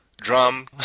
drum